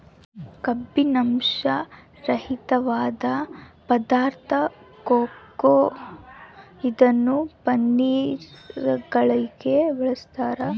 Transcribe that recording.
ಕಬ್ಬಿನಾಂಶ ರಹಿತವಾದ ಪದಾರ್ಥ ಕೊಕೊ ಇದನ್ನು ಪಾನೀಯಗಳಿಗೂ ಬಳಸ್ತಾರ